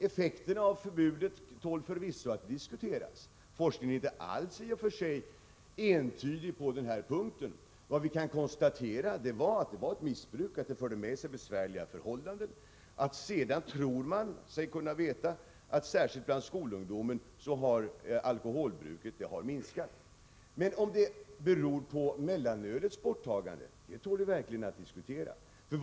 Effekten av förbudet tål förvisso att diskuteras. Forskningen är inte alls entydig på den här punkten. Vad vi kan konstatera är att det förekom ett missbruk och att det förde med sig besvärliga förhållanden. Sedan tror man sig kunna veta att alkoholbruket har minskat, särskilt bland skolungdomen. Men om det beror på mellanölets borttagande tål verkligen att diskuteras.